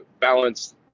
balance